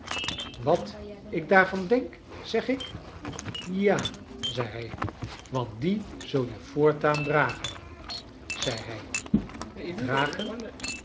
wat ik daarvan denk zeg ik ja zei hij want dien zul je voortaan dragen zei hij dragen